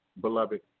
beloved